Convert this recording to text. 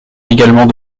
également